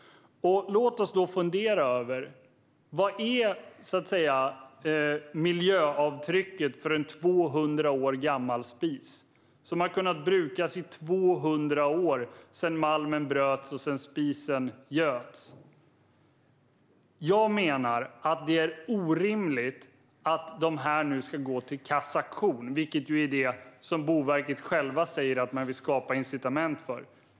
Låt oss då fundera över vad miljöavtrycket är för en 200 år gammal spis. Det är en spis som har kunnat brukas i 200 år, sedan malmen bröts och sedan spisen göts. Jag menar att det är orimligt att dessa spisar nu ska gå till kassation, vilket är det som Boverket självt säger att man vill skapa incitament för.